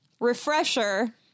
Refresher